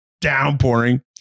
downpouring